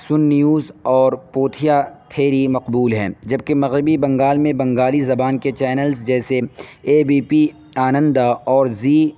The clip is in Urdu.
سن نیوز اور پوتھیا تھیری مقبول ہیں جبکہ مغربی بنگال میں بنگالی زبان کے چینلز جیسے اے بی پی آنندا اور زی